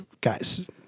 guys